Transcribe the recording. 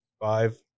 five